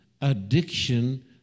addiction